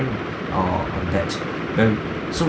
err that them so